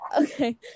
Okay